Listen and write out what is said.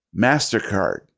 MasterCard